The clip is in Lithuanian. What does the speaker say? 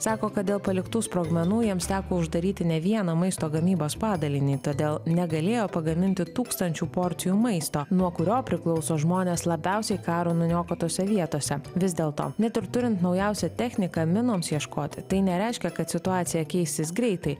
sako kad dėl paliktų sprogmenų jiems teko uždaryti ne vieną maisto gamybos padalinį todėl negalėjo pagaminti tūkstančių porcijų maisto nuo kurio priklauso žmonės labiausiai karo nuniokotose vietose vis dėlto net ir turint naujausią techniką minoms ieškoti tai nereiškia kad situacija keisis greitai